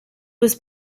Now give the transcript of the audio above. was